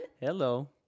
Hello